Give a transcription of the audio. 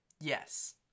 Yes